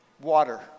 water